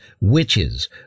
witches